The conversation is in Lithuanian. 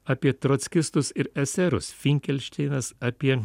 apie trockistus ir eserus finkelšteinas apie